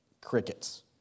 crickets